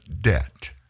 debt